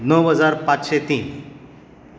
णव हजार पाचशें तीन